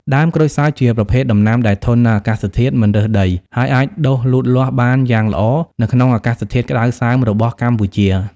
ដើមក្រូចសើចជាប្រភេទដំណាំដែលធន់នឹងអាកាសធាតុ មិនរើសដី ហើយអាចដុះលូតលាស់បានយ៉ាងល្អនៅក្នុងអាកាសធាតុក្តៅសើមរបស់កម្ពុជា។